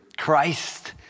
Christ